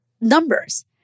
numbers